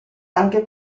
anche